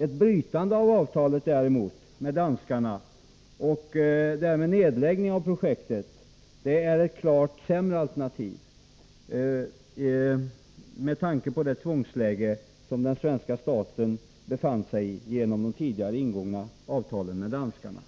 Ett brytande av avtalet med danskarna och därmed en nedläggning av projektet skulle vara ett klart sämre alternativ med tanke på det tvångsläge som den svenska staten befann sig i genom de tidigare ingångna avtalen med danskarna.